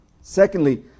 Secondly